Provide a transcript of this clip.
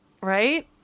Right